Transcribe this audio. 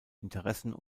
interessen